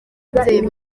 ababyeyi